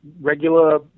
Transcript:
regular